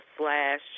slash